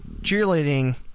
Cheerleading